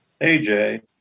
AJ